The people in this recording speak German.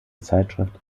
zeitschrift